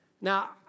Now